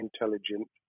intelligent